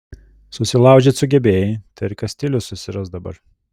susilaužyt sugebėjai tai ir kastilius susirask dabar